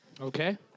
Okay